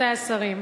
רבותי השרים.